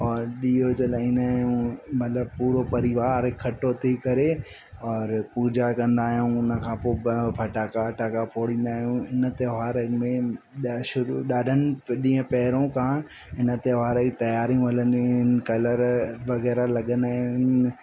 औरि ॾीओ जलाईंदा आहियूं मतिलबु पूरो परिवारु कठो थी करे और पूॼा कंदा आहियूं उनखां पोइ फटाका वटाका फोड़ींदा आहियूं इन त्योहारनि में शुरू ॾाढनि ॾींहं पहिरियों खां इन त्योहार जी तयारियूं हलंदियूं आहिनि कलर वग़ैरह लॻंदा आहिनि